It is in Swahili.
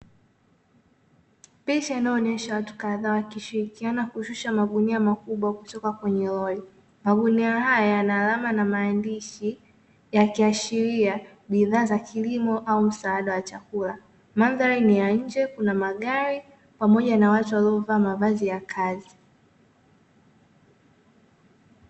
Picha inayoonyesha watu kadhaa, wakishirikiana kushusha magunia makubwa kutoka kwenye lori. Magunia haya yana alama na maandishi; yakiashiria bidhaa za kilimo au msaada wa chakula. Mandhari ni ya nje, kuna magari pamoja na watu waliovaa mavazi ya kazi.